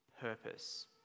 purpose